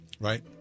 Right